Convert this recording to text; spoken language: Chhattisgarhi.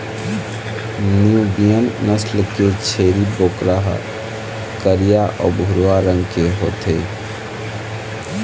न्यूबियन नसल के छेरी बोकरा ह करिया अउ भूरवा रंग के होथे